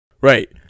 Right